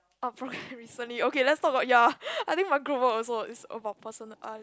oh procras~ recently okay let's talk about ya I think my group work also is about personal uh